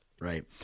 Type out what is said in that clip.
right